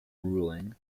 ruling